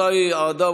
(חוזר על הדברים